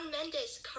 Mendes